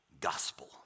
gospel